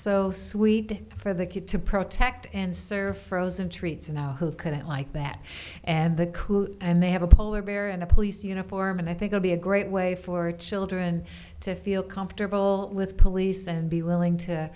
so sweet for the kid to protect and serve frozen treats and i couldn't like that and the crew and they have a polar bear and a police uniform and i think i'd be a great way for children to feel comfortable with police and be willing to